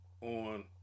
on